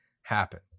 happen